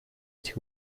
этих